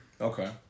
Okay